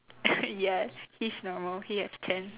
yes he's normal he has ten